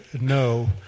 no